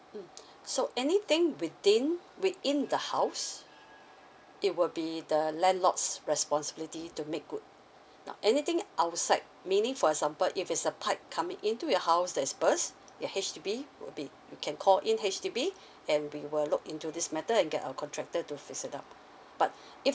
mm so anything within with in the house it will be the landlords responsibility to make good now anything outside meaning for example if it's a pipe come into your house there's burst ya H_D_B will be can call in H_D_B and we will look into this matter and get a contractor to fix it up but if